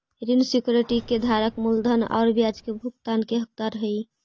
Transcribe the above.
ऋण सिक्योरिटी के धारक मूलधन आउ ब्याज के भुगतान के हकदार हइ